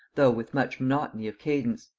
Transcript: though with much monotony of cadence.